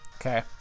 Okay